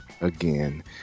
Again